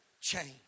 change